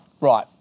Right